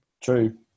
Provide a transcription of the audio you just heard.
True